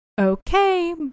okay